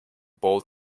bold